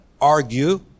argue